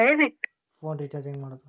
Phone recharge ಹೆಂಗೆ ಮಾಡೋದು?